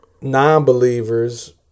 non-believers